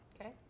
okay